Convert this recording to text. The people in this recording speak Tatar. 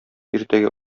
иртәгә